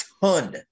ton